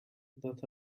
that